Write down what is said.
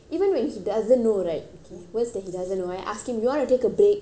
words that he doesn't know right I ask him wanna take a break is it too much for you because